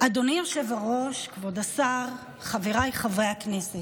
אדוני היושב-ראש, כבוד השר, חבריי חברי הכנסת,